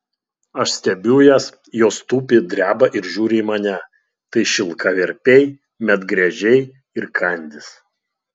aš stebiu jas jos tupi dreba ir žiūri į mane tai šilkaverpiai medgręžiai ir kandys